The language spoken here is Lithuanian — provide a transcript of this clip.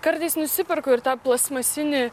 kartais nusiperku ir tą plastmasinį